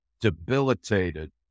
debilitated